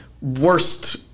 worst